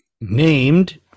Named